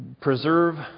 preserve